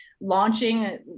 launching